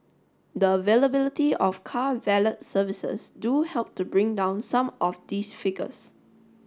the availability of car valet services do help to bring down some of these figures